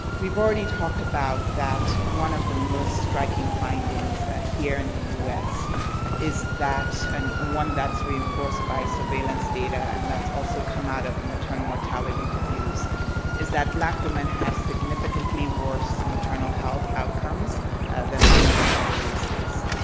we've already talked about that one of the most striking findings here in the us is that and um one that's reinforced by surveillance data and that's also come out of the maternal mortality reviews is that black women have significantly worse maternal health outcomes than women of other races.